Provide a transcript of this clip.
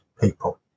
people